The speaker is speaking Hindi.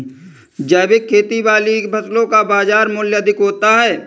जैविक खेती वाली फसलों का बाजार मूल्य अधिक होता है